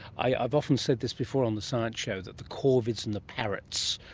i've often said this before on the science show, that the corvids and the parrots,